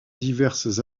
diverses